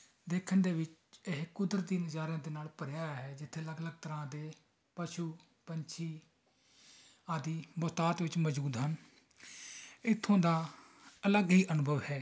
ਦੇਖਣ ਦੇ ਵਿੱਚ ਇਹ ਕੁਦਰਤੀ ਨਜ਼ਾਰਿਆਂ ਦੇ ਨਾਲ ਭਰਿਆ ਹੋਇਆ ਹੈ ਜਿੱਥੇ ਅਲੱਗ ਅਲੱਗ ਤਰ੍ਹਾਂ ਦੇ ਪਸ਼ੂ ਪੰਛੀ ਆਦਿ ਬਹੁਤਾਤ ਵਿੱਚ ਮੌਜੂਦ ਹਨ ਇੱਥੋਂ ਦਾ ਅਲੱਗ ਹੀ ਅਨੁਭਵ ਹੈ